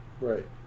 Right